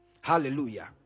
hallelujah